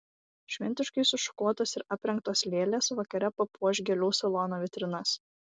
šventiškai sušukuotos ir aprengtos lėlės vakare papuoš gėlių salono vitrinas